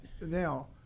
Now